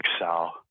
Excel